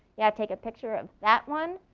yeah, take a picture of that one.